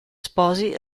sposi